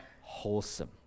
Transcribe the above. wholesome